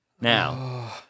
Now